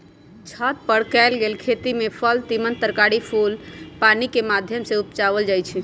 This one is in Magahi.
छत पर कएल गेल खेती में फल तिमण तरकारी फूल पानिकेँ माध्यम से उपजायल जाइ छइ